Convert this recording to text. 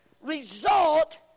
result